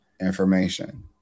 information